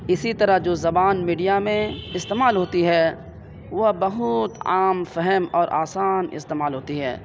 اسی طرح جو زبان میڈیا میں استعمال ہوتی ہے وہ بہت عام فہم اور آسان استعمال ہوتی ہے